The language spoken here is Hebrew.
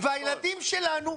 והילדים שלנו,